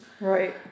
Right